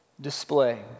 display